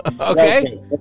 Okay